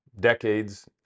decades